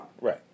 Right